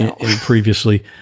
previously